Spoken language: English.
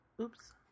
Oops